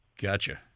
Gotcha